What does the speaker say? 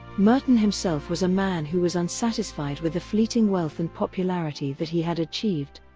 merton himself was a man who was unsatisfied with the fleeting wealth and popularity that he had achieved.